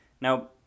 Now